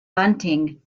bunting